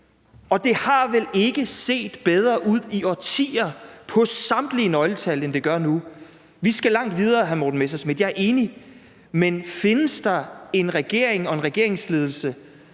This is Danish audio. og det har vel ikke set bedre ud i årtier på samtlige nøgletal, end det gør nu. Vi skal langt videre, hr. Morten Messerschmidt; jeg er enig. Men findes der en regering og en regeringsledelse,